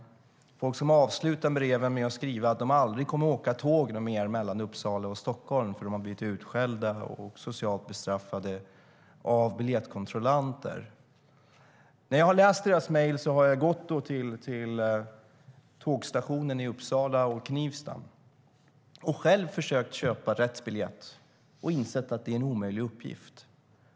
Det är folk som avslutar breven med att skriva att de aldrig mer kommer att åka tåg mellan Uppsala och Stockholm eftersom de har blivit utskällda och socialt bestraffade av biljettkontrollanter. När jag har läst deras mejl har jag gått till tågstationerna i Uppsala och Knivsta och själv försökt köpa rätt biljett, och jag har insett att det är en omöjlig uppgift.